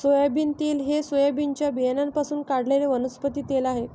soybean तेल हे सोयाबीनच्या बियाण्यांपासून काढलेले वनस्पती तेल आहे